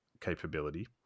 capability